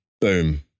boom